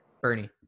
Bernie